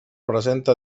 presenta